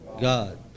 God